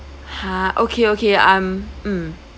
!huh! okay okay um mm